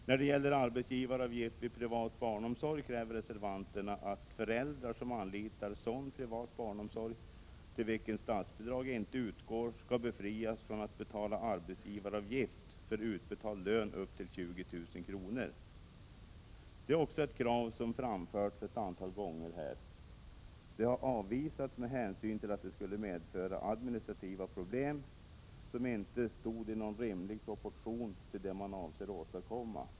När det gäller arbetsgivaravgift för privat barnomsorg kräver reservanterna att föräldrar som anlitar sådan privat barnomsorg till vilken statsbidrag inte utgår skall befrias från att betala arbetsgivaravgift för utbetald lön upp till 20 000 kr. Det är också ett krav som framförts ett antal gånger här. Det har avvisats med hänsyn till att det skulle medföra administrativa problem, som inte står i någon rimlig proportion till det man avser åstadkomma.